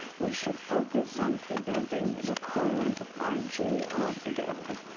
we should focus on preventing the deployment of five g altogether.